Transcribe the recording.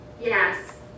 Yes